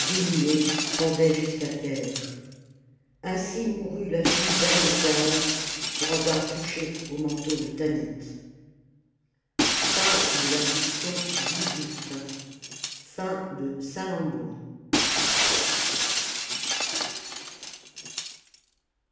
dénoués pendaient jusqu'à terre ainsi mourut la fille d'hamilcar pour avoir touché au manteau de tanit